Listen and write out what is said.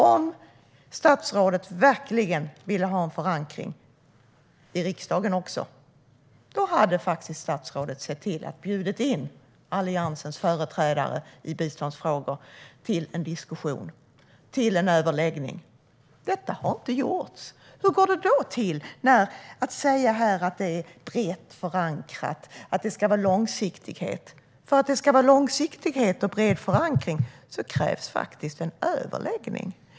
Om statsrådet verkligen vill ha en förankring också i riksdagen hade statsrådet sett till att bjuda in Alliansens företrädare i biståndsfrågor till en diskussion och en överläggning. Detta har inte gjorts. Hur går det då att här säga att det är brett förankrat och att det ska vara långsiktighet? För att det ska vara långsiktighet och bred förankring krävs en överläggning.